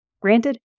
Granted